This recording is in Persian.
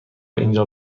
اینجا